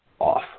off